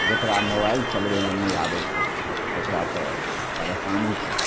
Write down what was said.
जकरा मोबाइल चलबै ले नहि आबै छै ओकरा तऽ परेशानी छै